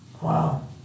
Wow